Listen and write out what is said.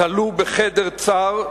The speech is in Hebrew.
כלוא בחדר צר,